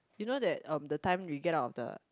you know that um the time we get out of the